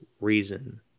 reason